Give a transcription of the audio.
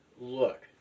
look